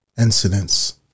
incidents